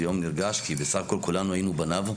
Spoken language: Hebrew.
זה יום נרגש כי בסך הכול כולנו היינו בניו.